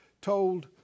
told